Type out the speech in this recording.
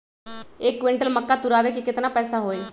एक क्विंटल मक्का तुरावे के केतना पैसा होई?